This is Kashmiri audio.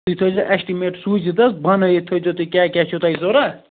یہِ تھٲوزِ ایسٹِمیٹ سوٗزِتھ حظ بَنٲوِتھ تھٲوِزیٚو کیٛاہ کیٛاہ چھُو تۄہہِ ضروٗرت